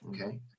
Okay